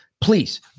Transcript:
please